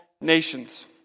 nations